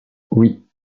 oui